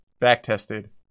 back-tested